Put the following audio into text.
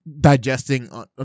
digesting